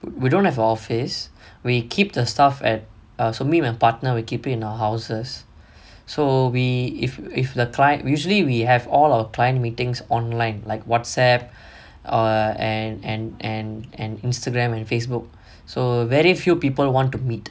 we don't have a office we keep the stuff at so me and my partner we keep it in our houses so we if if the client usually we have all our client meetings online like WhatsApp err and and and and Instagram and Facebook so very few people want to meet